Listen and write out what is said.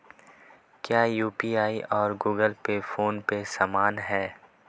क्या यू.पी.आई और Google Pay PhonePe समान हैं?